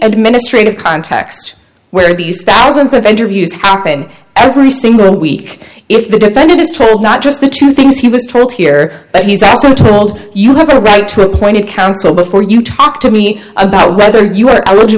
administrative context where these thousands of interviews happen every single week if the defendant is told not just the two things he was told here but he's also told you have a right to appoint counsel before you talk to me about whether you or i would you